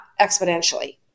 exponentially